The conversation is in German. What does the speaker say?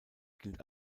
gilt